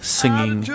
singing